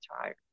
tired